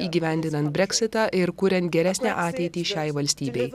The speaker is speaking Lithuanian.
įgyvendinant breksitą ir kuriant geresnę ateitį šiai valstybei